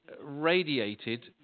radiated